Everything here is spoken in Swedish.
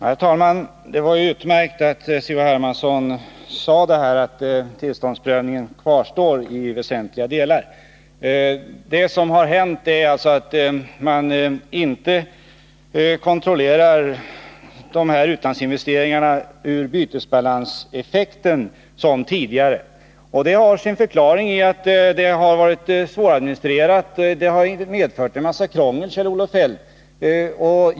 Herr talman! Det var utmärkt att Carl-Henrik Hermansson sade att tillståndsprövningen kvarstår i väsentliga delar. Det som har hänt är att man inte kontrollerar utlandsinvesteringarna med hänsyn till bytesbalanseffekt som tidigare. Och det har sin förklaring i att detta varit svåradministrerat och medfört en massa krångel, Kjell-Olof Feldt.